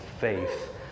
faith